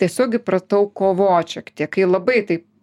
tiesiog įpratau kovot šiek tiek kai labai taip